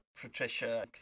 Patricia